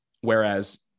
Whereas